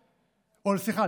סליחה,